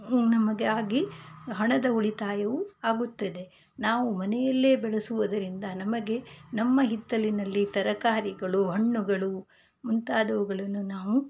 ನಮಗೆ ಆಗಿ ಹಣದ ಉಳಿತಾಯುವು ಆಗುತ್ತದೆ ನಾವು ಮನೆಯಲ್ಲೇ ಬೆಳೆಸುವುದರಿಂದ ನಮಗೆ ನಮ್ಮ ಹಿತ್ತಲಿನಲ್ಲಿ ತರಕಾರಿಗಳು ಹಣ್ಣುಗಳು ಮುಂತಾವುಗಳನ್ನು ನಾವು